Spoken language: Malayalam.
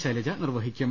ശൈലജ നിർവഹിക്കും